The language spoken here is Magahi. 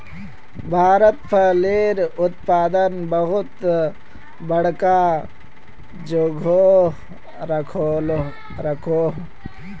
भारत फलेर उत्पादनोत बहुत बड़का जोगोह राखोह